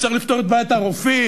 שצריך לפתור את בעיית הרופאים?